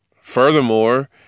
furthermore